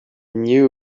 knew